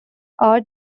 art